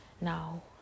now